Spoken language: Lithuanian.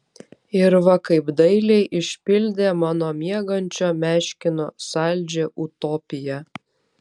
ir va kaip dailiai išpildė mano miegančio meškino saldžią utopiją